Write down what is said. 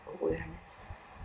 awareness